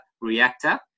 reactor